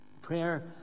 Prayer